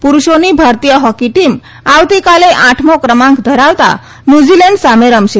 પુરૂષોની ભારતીય hockey team આવતીકાલે આઠમો ક્રમાંક ધરાવતાં ન્યૂઝીલેન્ડ સામે રમશે